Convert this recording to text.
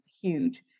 huge